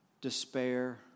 despair